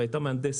היא הייתה מהנדסת.